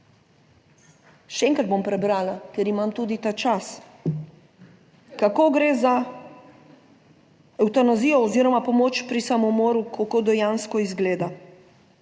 Še enkrat bom prebrala, ker imam tudi ta čas, kako gre za evtanazijo oziroma pomoč pri samomoru, kako dejansko izgleda.